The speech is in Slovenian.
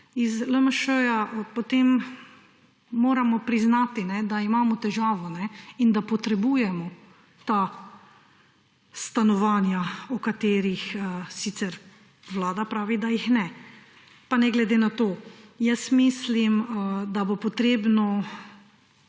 iz LMŠ, potem moramo priznati, da imamo težavo in da potrebujemo ta stanovanja, o katerih sicer Vlada pravi, da jih ne. Pa ne glede na to, mislim, da bo potrebno